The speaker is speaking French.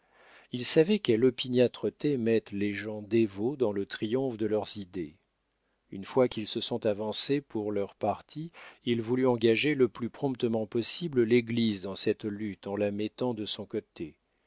il savait quelle opiniâtreté mettent les gens dévots dans le triomphe de leurs idées une fois qu'ils se sont avancés pour leur parti il voulut engager le plus promptement possible l'église dans cette lutte en la mettant de son côté